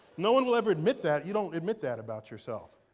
no one will ever admit that, you don't admit that about yourself.